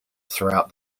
throughout